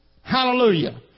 Hallelujah